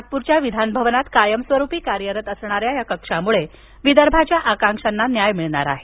नागपूरच्या विधान भवनात कायमस्वरूपी कार्यरत असणाऱ्या या कक्षामुळे विदर्भाच्या आकांक्षांना न्याय मिळणार आहे